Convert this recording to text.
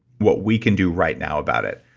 what we can do right now about it.